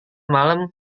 malam